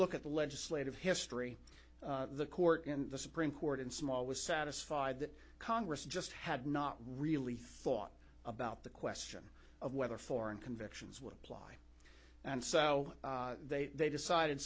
look at the legislative history the court and the supreme court in small was satisfied that congress just had not really thought about the question of whether foreign convictions were and so they they decided